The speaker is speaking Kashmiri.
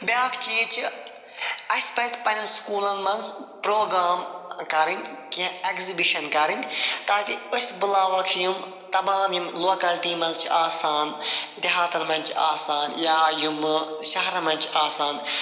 بیٛاکھ چیٖز چھِ اَسہِ پَزِ پنٕنٮ۪ن سکوٗلن منٛز پرٛوگرام کَرٕنۍ کیٚنٛہہ ایگزِبِشن کَرٕنۍ تاکہِ أسۍ بُلاوہوکھ یِم تمام یِم لوکلٹی منٛز چھِ آسان دیہاتن منٛز چھِ آسان یا یِمہٕ شہرن منٛز چھِ آسان